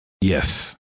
yes